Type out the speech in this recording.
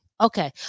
Okay